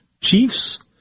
Chiefs